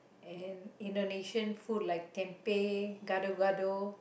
and Indonesia food like tempeh gado-gado